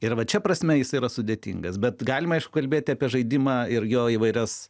ir va čia prasme jis yra sudėtingas bet galima kalbėti apie žaidimą ir jo įvairias